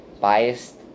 biased